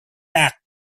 back